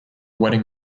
wedding